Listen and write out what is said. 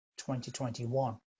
2021